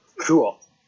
Cool